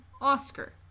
Oscar